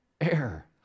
air